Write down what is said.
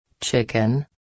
Chicken